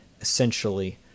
essentially